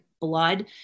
blood